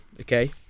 okay